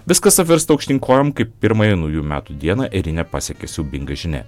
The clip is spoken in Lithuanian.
viskas apvirsta aukštyn kojom kaip pirmąją naujų metų dieną eirinę pasekia siaubinga žinia